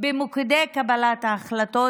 במוקדי קבלת ההחלטות,